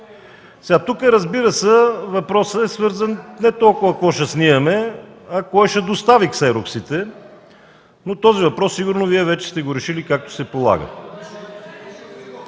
Тук, разбира се, въпросът е свързан с това не толкова какво ще снимаме, а кой ще достави ксероксите, но този въпрос вече Вие сте го решили, както се полага.